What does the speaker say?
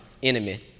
enemy